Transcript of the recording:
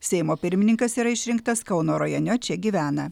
seimo pirmininkas yra išrinktas kauno rajone čia gyvena